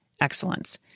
excellence